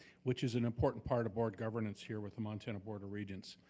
which is an important part of board governance here with the montana board of regents.